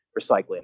recycling